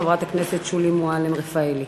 חברת הכנסת שולי מועלם-רפאלי.